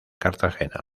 cartagena